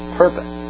purpose